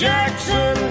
Jackson